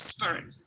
Spirit